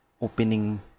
opening